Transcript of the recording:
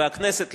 והכנסת,